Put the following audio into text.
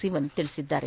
ಸಿವನ್ ತಿಳಿಸಿದ್ದಾರೆ